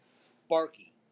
sparky